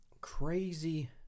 crazy